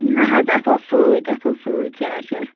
نہَ حظ اَتھ اوس سۭتۍ اَتھ اوس سۭتۍ چارجر